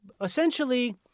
Essentially